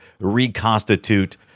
reconstitute